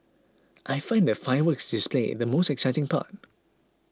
I find the fireworks display the most exciting part